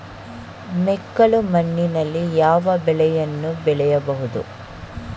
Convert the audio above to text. ಮೆಕ್ಕಲು ಮಣ್ಣಿನಲ್ಲಿ ಯಾವ ಬೆಳೆಯನ್ನು ಬೆಳೆಯಬಹುದು?